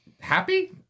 Happy